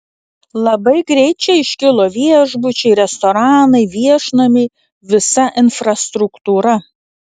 labai greit čia iškilo viešbučiai restoranai viešnamiai visa infrastruktūra